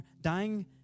dying